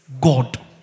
God